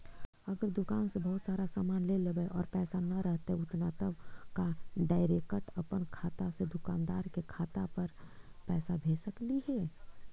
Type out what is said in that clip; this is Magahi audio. अगर दुकान से बहुत सारा सामान ले लेबै और पैसा न रहतै उतना तब का डैरेकट अपन खाता से दुकानदार के खाता पर पैसा भेज सकली हे?